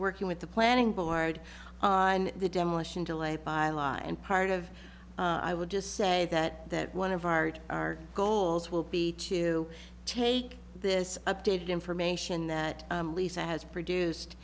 working with the planning board and the demolition to lay by law and part of i would just say that that one of art our goals will be to take this updated information that lisa has produced